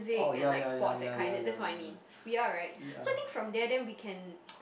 oh ya ya ya ya ya ya ya ya ya